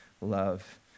love